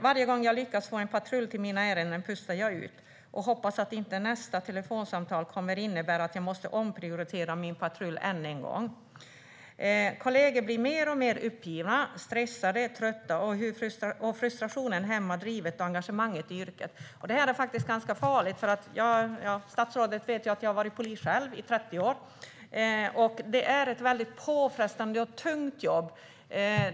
Varje gång jag lyckas få en patrull till mina ärenden pustar jag ut och hoppas att inte nästa telefonsamtal kommer att innebära att jag måste omprioritera min patrull än en gång. Kollegor blir mer och mer uppgivna, stressade och trötta, och frustrationen hämmar drivet och engagemanget i yrket. Det här är ganska farligt. Statsrådet vet ju att jag själv har varit polis i 30 år. Det är ett väldigt påfrestande och tungt jobb.